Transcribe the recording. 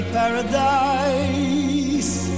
paradise